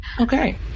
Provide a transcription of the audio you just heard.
Okay